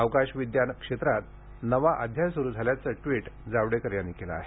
अवकाश विद्यान क्षेत्रात नवा अध्याय सुरु झाल्याचं ट्वीट जावडेकर यांनी केलं आहे